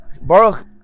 Baruch